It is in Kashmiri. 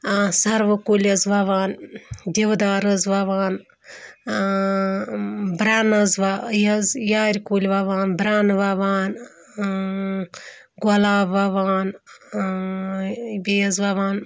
سَروٕ کُلۍ حظ وَوان دِودار حظ وَوان بَرٛن حظ وَ یہِ حظ یارِ کُلۍ وَوان برٛن وَوان گۄلاب وَوان بیٚیہِ حظ وَوان